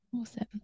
Awesome